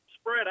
spread